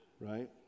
Right